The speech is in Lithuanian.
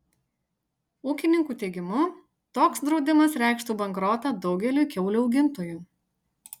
ūkininkų teigimu toks draudimas reikštų bankrotą daugeliui kiaulių augintojų